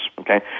okay